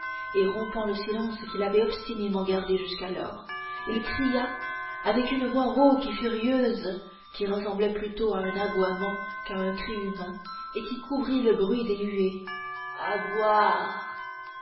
et rompant le silence qu'il avait obstinément gardé jusqu'alors il cria avec une voix rauque et furieuse qui ressemblait plutôt à un aboiement qu'à un cri humain et qui couvrit le bruit des huées à boire